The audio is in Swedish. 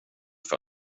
för